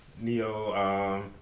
Neo